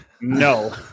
No